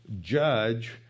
judge